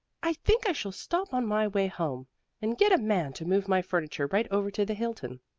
i think i shall stop on my way home and get a man to move my furniture right over to the hilton.